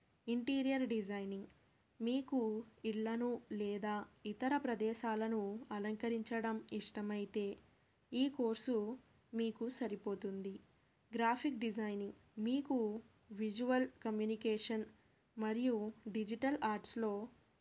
interior designing మీకు ఇళ్ళను లేదా ఇతర ప్రదేశాలను అలంకరించడం ఇష్టమైతే ఈ కోర్సు మీకు సరిపోతుంది గ్రాఫిక్ డిజైనింగ్ మీకు విజువల్ కమ్యునికేషన్ మరియు డిజిటల్ ఆర్ట్స్లో